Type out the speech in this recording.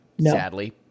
Sadly